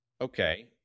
Okay